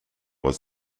was